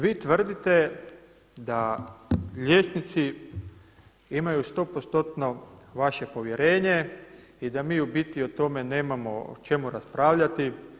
Dakle, vi tvrdite da liječnici imaju 100% vaše povjerenje i da mi u biti o tome nemamo o čemu raspravljati.